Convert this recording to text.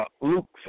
Luke